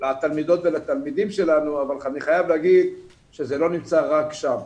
לתלמידות ולתלמידים שלנו אבל אני חייב לומר שזה לא נמצא רק שם.